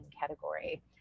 category